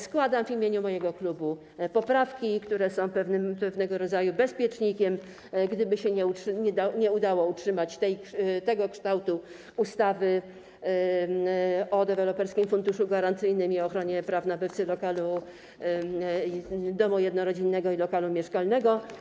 Składam w imieniu mojego klubu poprawki, które są pewnego rodzaju bezpiecznikiem, gdyby się nie udało utrzymać tego kształtu ustawy o Deweloperskim Funduszu Gwarancyjnym i ochronie praw nabywcy lokalu, domu jednorodzinnego i lokalu mieszkalnego.